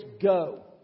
go